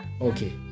Okay